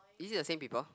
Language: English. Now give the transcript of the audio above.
is it the same people